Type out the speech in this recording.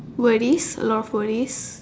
worries a lot of worries